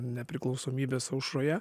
nepriklausomybės aušroje